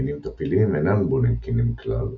מינים טפיליים אינן בונים קנים כלל,